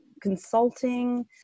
consulting